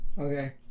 Okay